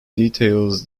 details